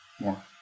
more